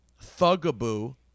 Thugaboo